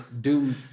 Doom